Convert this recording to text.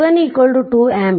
i1 2 ampere